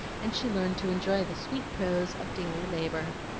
and she learned to enjoy the sweet prose of daily labor.